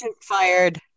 fired